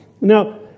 Now